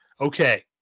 Okay